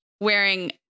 wearing